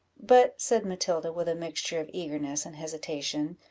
but, said matilda, with a mixture of eagerness and hesitation,